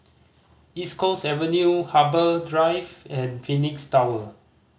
East Coast Avenue Harbour Drive and Phoenix Tower